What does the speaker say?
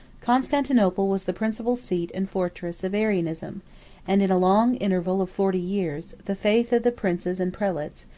constantinople was the principal seat and fortress of arianism and, in a long interval of forty years, the faith of the princes and prelates,